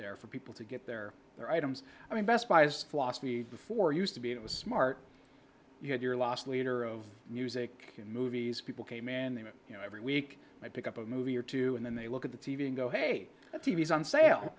there for people to get their their items i mean best buys philosophy before used to be it was smart you had your last leader of music movies people came in that you know every week i pick up a movie or two and then they look at the t v and go hey let's see these on sale